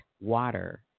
water